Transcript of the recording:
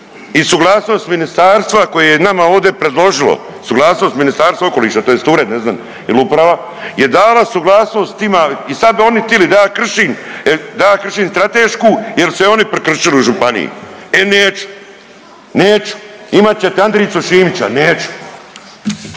i suglasnost ministarstva koje je nama ovdje predložilo, suglasnost Ministarstva okoliša, tj. ured, ne znam jel' uprava je dala suglasnost tima i sad bi oni tili da ja kršim stratešku jer su je oni prekršili u županiji. E neću! Neću! Imat ćete Andrijicu Šimića, neću!